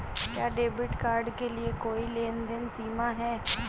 क्या debit card के लिए कोई लेनदेन सीमा है?